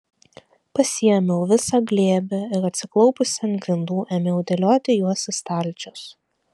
pasiėmiau visą glėbį ir atsiklaupusi ant grindų ėmiau dėlioti juos į stalčius